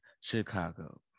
Chicago